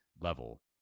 level